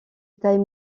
taille